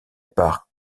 par